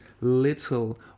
little